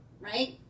right